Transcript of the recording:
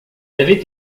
avait